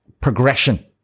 progression